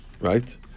right